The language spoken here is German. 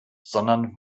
sondern